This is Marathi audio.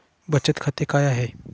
बचत खाते काय आहे?